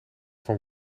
van